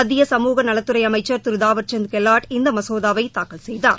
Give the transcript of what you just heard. மத்திய சமூக நலத்துறை அமைச்சர் திரு தாவர்சந்த் கெலாட் இநத மசோதாவை தாக்கல் செய்தார்